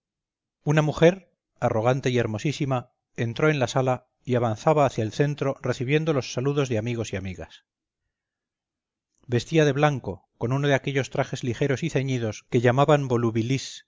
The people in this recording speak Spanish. una mujer arrogante y hermosísima entró en la sala y avanzaba hacia el centro recibiendo los saludos de amigos y amigas vestía de blanco con uno de aquellos trajes ligeros y ceñidos que llamaban